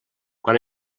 quan